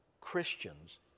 Christians